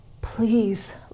please